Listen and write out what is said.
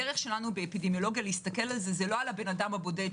אני לא התחסנתי בכלל ולא חליתי ב"ה.